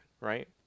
right